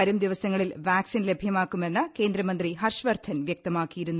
വരും ദിവസങ്ങളിൽ വാക്സിൻ ലഭ്യമാക്കുമെന്ന് കേന്ദ്രമുന്തി ഹർഷ് വർദ്ധൻ വൃക്തമാക്കിയിരുന്നു